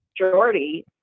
majority